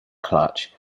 clutch